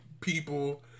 people